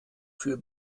für